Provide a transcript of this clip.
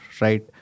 right